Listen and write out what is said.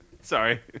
Sorry